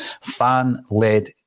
fan-led